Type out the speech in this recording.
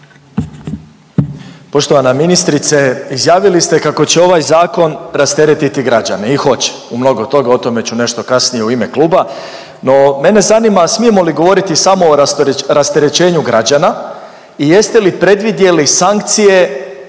Poštovana ministrice izjavili ste kako će ovaj zakon rasteretiti građane i hoće u mnogo toga, o tome ću nešto kasnije u ime kluba. No, mene zanima smijemo li govoriti samo o rasterećenju građana i jeste li predvidjeli sankcije